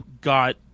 got